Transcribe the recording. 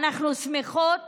אנחנו שמחות